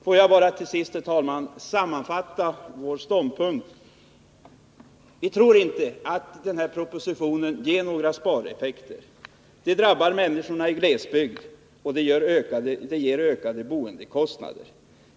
Får jag till sist, herr talman, sammanfatta vår ståndpunkt. Vi tror inte att den här propositionen ger några spareffekter. Propositionens förslag drabbar de människor som bor i glesbygd och ger ökade boendekostnader.